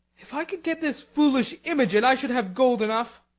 if i could get this foolish imogen, i should have gold enough.